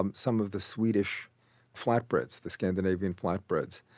um some of the swedish flat breads, the scandinavian flat breads,